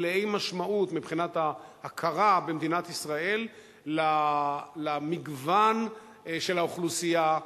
מלאות משמעות מבחינת ההכרה במדינת ישראל למגוון של האוכלוסייה,